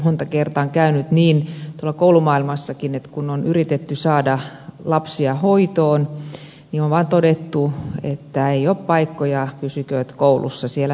monta kertaa on käynyt niin tuolla koulumaailmassakin että kun on yritetty saada lapsia hoitoon niin on vaan todettu että ei ole paikkoja pysykööt koulussa siellä ne hoituu